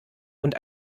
und